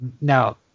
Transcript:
Now